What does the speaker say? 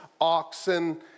oxen